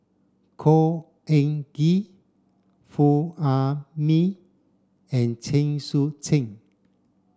Khor Ean Ghee Foo Ah Bee and Chen Sucheng